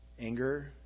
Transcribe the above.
Anger